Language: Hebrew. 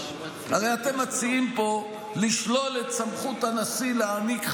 הרי אתם מציעים פה לשלול את סמכות הנשיא להעניק חנינה.